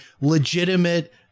legitimate